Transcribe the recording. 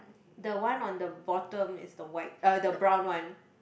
the one on the bottom is the white uh the brown one